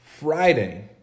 Friday